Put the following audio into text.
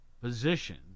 position